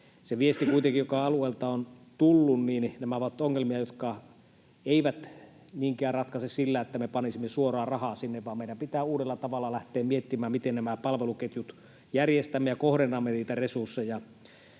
kuitenkin joka alueelta on tullut, että nämä ovat ongelmia, jotka eivät niinkään ratkea sillä, että me panisimme suoraan rahaa sinne, vaan meidän pitää uudella tavalla lähteä miettimään, miten nämä palveluketjut järjestämme ja niitä resursseja